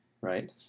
right